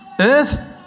Earth